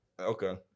Okay